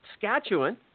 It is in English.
Saskatchewan